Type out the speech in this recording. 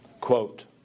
Quote